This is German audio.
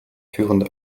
führende